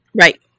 right